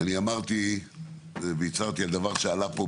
אני הצהרתי על דבר שעלה פה,